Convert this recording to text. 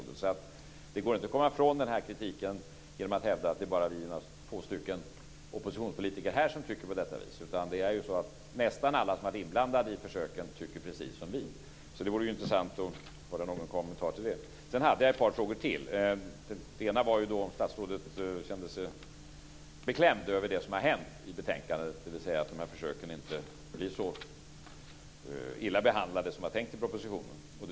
Det går inte att komma ifrån den här kritiken genom att hävda att det bara är några få oppositionspolitiker här som tycker på detta vis. Det är ju så att nästan alla som har varit inblandade i försöken tycker precis som vi. Det vore intressant att höra någon kommentar till det. Sedan hade jag ett par frågor till. Den ena gällde om statsrådet kände sig beklämd över det som har hänt i betänkandet, dvs. att de här försöken inte blir så illa behandlade som det var tänkt i propositionen.